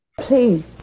Please